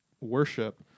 worship